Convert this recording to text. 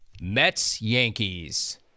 Mets-Yankees